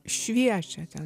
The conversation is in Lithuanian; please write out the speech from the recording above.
šviečia ten